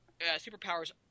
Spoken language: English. superpowers